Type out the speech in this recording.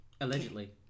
Allegedly